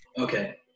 okay